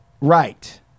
Right